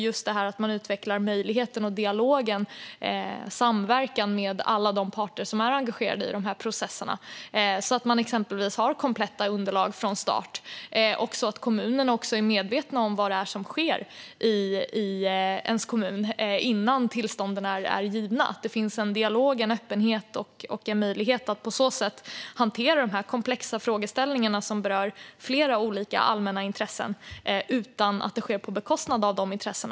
Det handlar om att utveckla möjligheter, dialog och samverkan med alla parter som är engagerade i dessa processer så att man exempelvis har kompletta underlag från start och om att kommunerna är medvetna om vad som sker i kommunen innan tillstånd ges samt att det finns en dialog, en öppenhet och en möjlighet att på så sätt hantera dessa komplexa frågeställningar, som berör flera olika allmänna intressen, utan att det sker på bekostnad av dessa intressen.